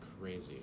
crazy